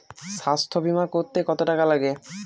স্বাস্থ্যবীমা করতে কত টাকা লাগে?